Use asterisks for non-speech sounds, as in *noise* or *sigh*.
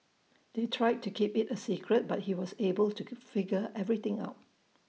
they tried to keep IT A secret but he was able to *unintelligible* figure everything out